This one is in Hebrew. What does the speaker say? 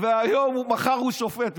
ומחר הוא שופט.